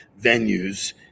venues